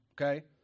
okay